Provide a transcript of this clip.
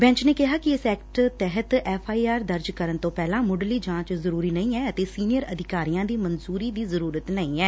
batch ਨੇ ਕਿਹੈ ਕਿ ਇਸ ਐਕਟ ਤਹਿਤ ਐਫ਼ ਆਈ ਆਰ ਦਰਜ ਕਰਨ ਤੋ ਪਹਿਲਾਂ ਮੁੱਢਲੀ ਜਾਂਚ ਜ਼ਰੂਰੀ ਨਹੀ ਐ ਅਤੇ ਸੀਨੀਅਰ ਅਧਿਕਾਰੀਆਂ ਦੀ ਮਨਜੁਰੀ ਦੀ ਜੁਰੁਰਤ ਨਹੀਂ ਐ